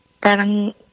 parang